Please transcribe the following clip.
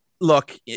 Look